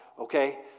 Okay